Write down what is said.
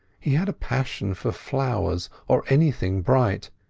he had a passion for flowers, or anything bright.